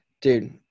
Dude